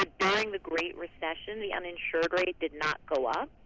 during the great recession, the uninsured rate did not go up?